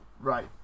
Right